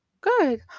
Good